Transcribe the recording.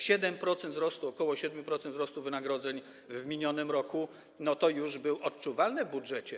7% wzrostu, ok. 7% wzrostu wynagrodzeń w minionym roku - to już było odczuwalne w budżecie.